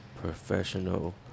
professional